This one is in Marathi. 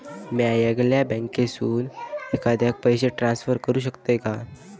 म्या येगल्या बँकेसून एखाद्याक पयशे ट्रान्सफर करू शकतय काय?